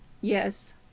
Yes